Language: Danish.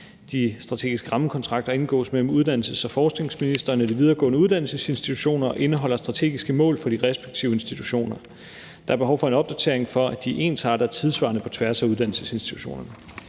De strategiske rammekontrakter indgås mellem uddannelses- og forskningsministeren og de videregående uddannelsesinstitutioner og indeholder strategiske mål for de respektive institutioner. Der er behov for en opdatering, for at de er ensartede og tidssvarende på tværs af uddannelsesinstitutionerne.